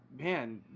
man